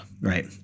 right